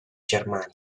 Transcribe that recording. germania